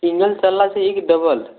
single चलना चाहिए कि डबल